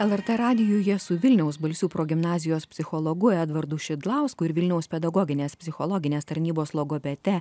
el er t radijuje su vilniaus balsių progimnazijos psichologu edvardu šidlausku ir vilniaus pedagoginės psichologinės tarnybos logopede